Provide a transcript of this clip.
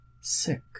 sick